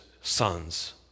sons